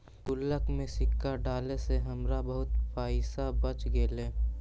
गुल्लक में सिक्का डाले से हमरा बहुत पइसा बच गेले